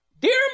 dear